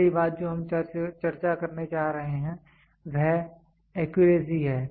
पहली बात जो हम चर्चा करने जा रहे हैं वह एक्यूरेसी है